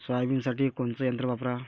सोयाबीनसाठी कोनचं यंत्र वापरा?